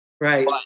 right